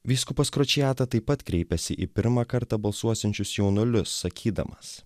vyskupas kročijata taip pat kreipėsi į pirmą kartą balsuosiančius jaunuolius sakydamas